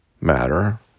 matter